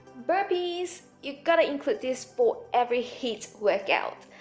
burpees you've got to include this sport every hit workout